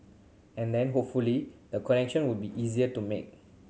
and then hopefully the connection will be easier to make